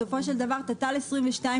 בסופו של דבר התוכנית לתשתית לאומית 22,